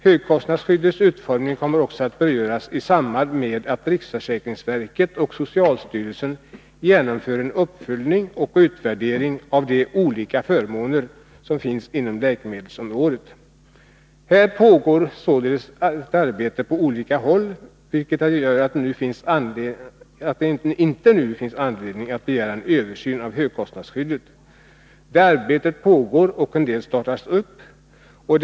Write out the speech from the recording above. Högkostnadsskyddets utformning kommer också att beröras i samband med att riksförsäkringsverket och socialstyrelsen genomför en uppföljning och utvärdering av de olika förmånerna inom läkemedelsområdet. Här pågår således arbete på olika håll, vilket gör att det nu inte finns anledning att genomföra en översyn av högkostnadsskyddet. Ett sådant arbete pågår ju redan eller kommer snart att starta.